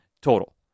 total